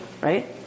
right